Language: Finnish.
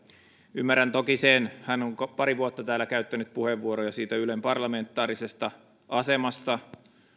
ymmärrän toki sen hän on pari vuotta täällä käyttänyt puheenvuoroja siitä ylen parlamentaarisesta asemasta